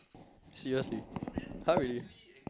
seriously !huh! really